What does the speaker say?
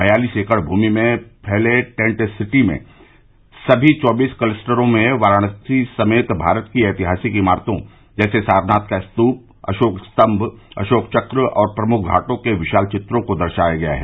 बयालीस एकड़ भूमि में फैले टेंट सिटी में समी चौबीस क्लस्टरों में वाराणसी समेत भारत की ऐतिहासिक इमारतों जैसे सारनाथ का स्तूप अशोक स्तम्म अशोक चक्र और प्रमुख घाटों के विशाल चित्रों को दर्शाया गया है